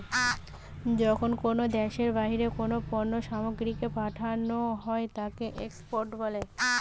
যখন কোনো দ্যাশের বাহিরে কোনো পণ্য সামগ্রীকে পাঠানো হই তাকে এক্সপোর্ট বলে